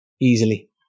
easily